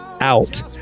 out